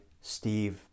Steve